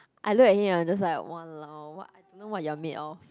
I look at him and I'm just like !walao! what I don't know what you are made of